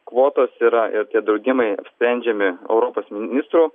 kvotos yra ir tie draudimai sprendžiami europos ministrų